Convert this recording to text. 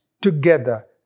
together